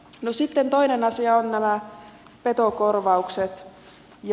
no sitten toinen asia on nämä petokorvaukset